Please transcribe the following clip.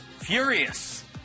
Furious